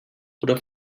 oder